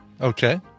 okay